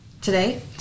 today